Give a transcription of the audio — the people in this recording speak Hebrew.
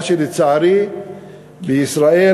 מה שלצערי בישראל,